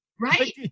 Right